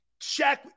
Shaq